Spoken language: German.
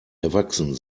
erwachsen